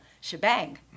shebang